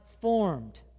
formed